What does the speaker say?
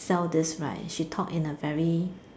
sell this right she talk in a very